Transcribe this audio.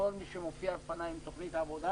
לכל מי שמופיע בפניי עם תוכנית עבודה,